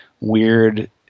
weird